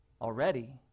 already